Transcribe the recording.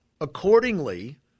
Accordingly